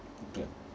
okay